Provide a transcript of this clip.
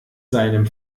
seinem